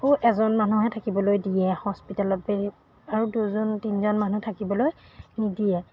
অ' এজন মানুহহে থাকিবলৈ দিয়ে হস্পিটেলত বেলেগ আৰু দুজন তিনিজন মানুহ থাকিবলৈ নিদিয়ে